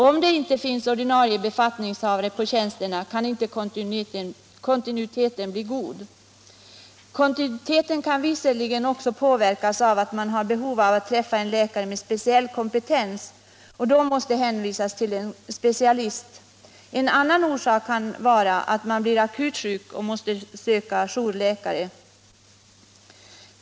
Om det inte finns ordinarie befattningshavare på tjänsterna kan inte kontinuiteten bli god. Kontinuiteten kan naturligtvis också påverkas av att patienter har behov av att få träffa en läkare med speciell kompetens och då måste hänvisas till en specialist. En annan orsak kan vara att man blir akut sjuk och måste söka jourläkare.